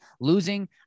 losing